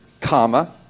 comma